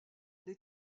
des